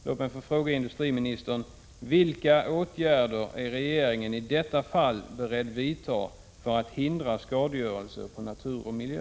Låt mig få fråga industriministern: Vilka åtgärder är regeringen i detta fall beredd att vidta för att hindra skadegörelse på natur och miljö?